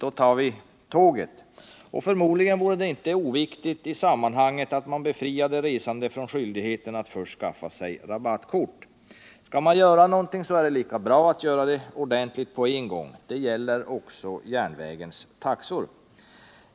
Då tar vi tåget.” Förmodligen vore det inte heller oviktigt i sammanhanget att man befriade resande från skyldigheten att först skaffa sig rabattkort. Skall man göra något är det lika bra att göra det ordentligt på en gång. Det gäller också järnvägens taxor.